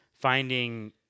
finding